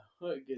good